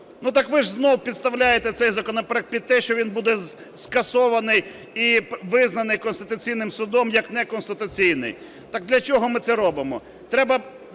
Ну, так ви ж знову підставляєте цей законопроект під те, що він буде скасований і визнаний Конституційним Судом як неконституційний. Так для чого ми це робимо?